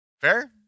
Fair